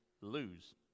lose